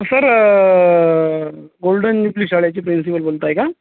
sir golden English कॉलेजची principal बोलत आहेत का